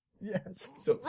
Yes